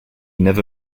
never